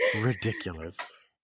ridiculous